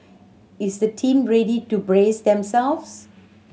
is the team ready to brace themselves